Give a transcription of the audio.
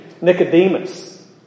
Nicodemus